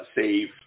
save –